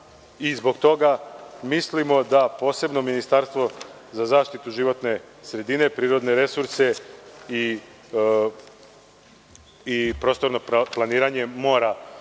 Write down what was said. Zbog toga mislimo da posebno Ministarstvo za zaštitu životne sredine, prirodne resurse i prostorno planiranje mora